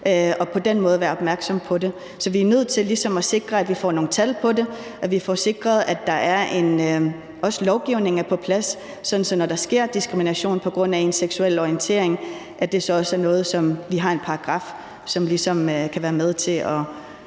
og på den måde være opmærksom på det, så vi er nødt til at sikre, at vi får nogle tal på det, at vi får sikret, at også lovgivningen er på plads, sådan at det, når der sker diskrimination på grund af ens seksuelle orientering, også er noget, som vi har en paragraf til, der kan være med til at